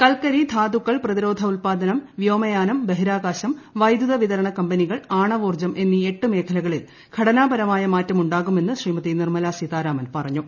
കൽക്കരി ധാതുക്കൾ പ്രതിരോധ ഉൽപാദനം വ്യോമയാനം ബഹിരാകാശ്ത് വൈദ്യുത വിതരണ കമ്പനികൾ ആണവോർജ്ജം എന്നീ എട്ട് മേഖ്ലകളിൽ ഘടനാപരമായ മാറ്റം ഉണ്ടാകുമെന്ന് ശ്രീമതി നിർമല്പിക്കുടിതാരാമൻ പറഞ്ഞു